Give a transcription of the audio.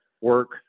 work